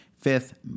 Fifth